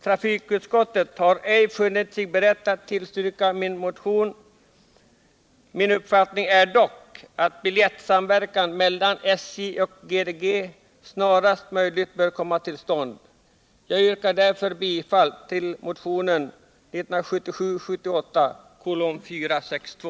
Trafikutskottet har ej varit berett att tillstyrka mitt motionsyrkande. Min uppfattning är dock att biljettsamverkan mellan SJ och GDG snarast möjligt bör komma till stånd. Jag yrkar därför bifall till motionen 1977/78:462.